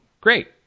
great